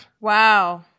Wow